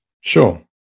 Sure